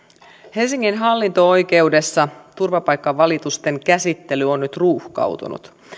helsingin hallinto oikeudessa turvapaikkavalitusten käsittely on nyt ruuhkautunut